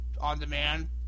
on-demand